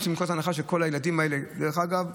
נצא מתוך נקודת הנחה שכל הילדים האלה, דרך אגב,